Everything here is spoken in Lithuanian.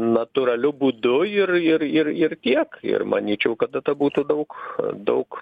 natūraliu būdu ir ir ir ir tiek ir manyčiau kad tada būtų daug daug